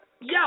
yo